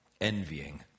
envying